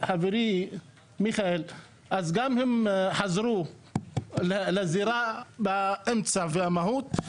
חברי מיכאל, אז גם הם חזרו לזירה באמצע והמהות.